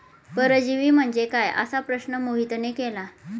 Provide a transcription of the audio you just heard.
परजीवी म्हणजे काय? असा प्रश्न मोहितने केला